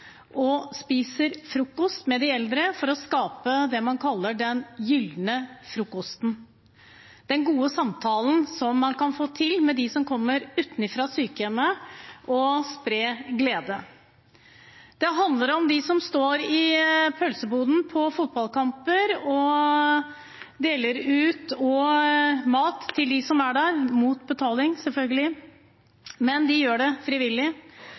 og spiser frokost med de eldre for å skape det man kaller den gylne frokosten, den gode samtalen man kan få til med dem som kommer utenfra til sykehjemmet og sprer glede. Det handler om dem som står i pølseboden på fotballkamper og deler ut mat til dem som er der – mot betaling, selvfølgelig, men de gjør det frivillig.